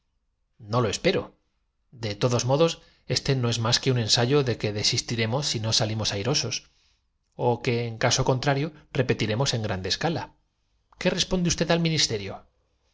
no lo espero de todos modos este no es más que mano que no estuviese provista de algún aparato óp un ensayo de que desistiremos si no salimos airosos tico pero el entusiasmo se traducía en ese silencio ó que en caso contrario repetiremos en grande escala más penetrante que el ruido mismo qué responde usted al ministerio